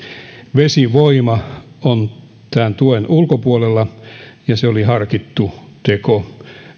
vesivoima on tämän tuen ulkopuolella ja se oli harkittu teko